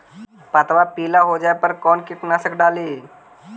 पतबा पिला हो जाबे पर कौन कीटनाशक डाली?